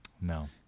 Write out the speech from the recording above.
No